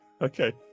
okay